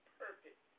perfect